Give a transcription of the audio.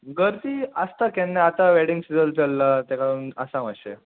गर्दी आसता केन्ना आतां वॅडींग सिजन चल्ला तेका लागून आसा मातशें